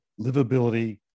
livability